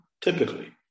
typically